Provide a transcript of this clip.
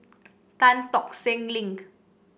Tan Tock Seng Link